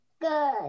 Good